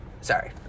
Sorry